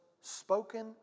spoken